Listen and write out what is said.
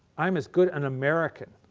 i'm as good an american.